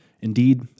Indeed